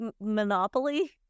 monopoly